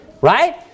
Right